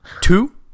two